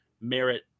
merit